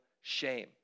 shame